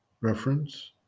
Reference